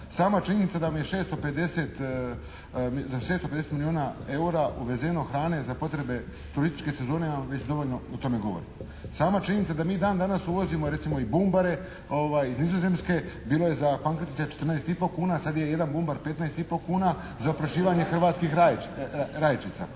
Sama činjenica da je za 650 milijuna eura uvezeno hrane za potrebe turističke sezone vam već dovoljno o tome govori. Sama činjenica da mi dan danas uvozimo recimo i bumbare iz Nizozemske bilo je za Pankretića 14,5 kuna, sada je jedan bumbar 15,5 kuna, za oprašivanje hrvatskih rajčica.